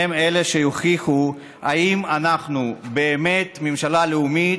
הם אלה שיוכיחו אם אנחנו באמת ממשלה לאומית,